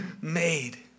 made